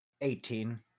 Eighteen